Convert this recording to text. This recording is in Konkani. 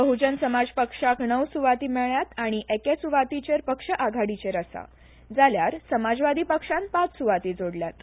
बहजन समाज पक्षाक णव सुवाती मेळ्ळ्यात आनी एके सुवातीचेर पक्ष आघाडीचेर आसा जाल्यार समाजवादी पक्षान पाच सुवाती जोडल्यात